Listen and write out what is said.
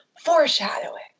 Foreshadowing